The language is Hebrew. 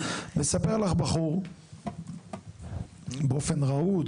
מספר לך בחור באופן רהוט,